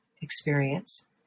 experience